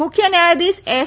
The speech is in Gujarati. મુખ્ય ન્યાયાધિશ એસ